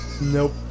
Nope